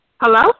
Hello